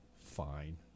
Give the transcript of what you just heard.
fine